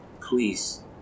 Please